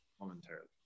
momentarily